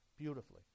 Beautifully